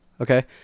okay